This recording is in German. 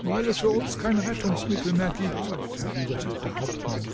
weil es für uns kein rettungsmittel mehr gibt erwiderte der hauptmann